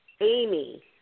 Amy